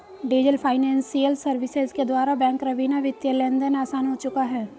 diesel financial services के द्वारा bank रवीना वित्तीय लेनदेन आसान हो चुका है